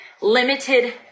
limited